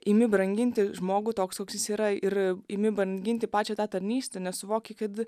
imi branginti žmogų toks koks jis yra ir imi branginti pačią tą tarnystę nes suvoki kad